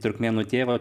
turkmėnų tėvo